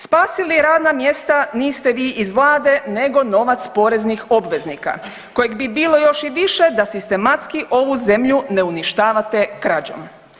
Spasili radna mjesta niste vi iz Vlade nego novac poreznih obveznika kojeg bi bilo još i više da sistematski ovu zemlju ne uništavate krađom.